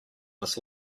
this